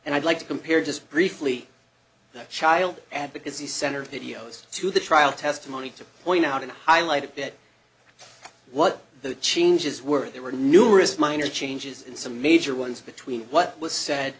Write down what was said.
and i'd like to compare just briefly the child advocacy center videos to the trial testimony to point out and highlight a bit what the changes were there were numerous minor changes in some major ones between what was said